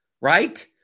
right